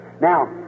Now